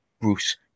Bruce